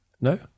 No